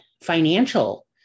financial